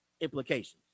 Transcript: implications